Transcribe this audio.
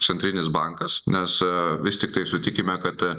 centrinis bankas nes vis tiktai sutikime kad